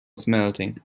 smelting